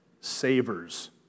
savers